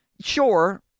Sure